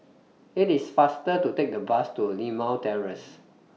IT IS faster to Take The Bus to Limau Terrace